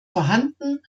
vorhanden